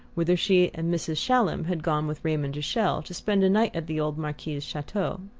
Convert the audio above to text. whither she and mrs. shallum had gone with raymond de chelles to spend a night at the old marquis's chateau.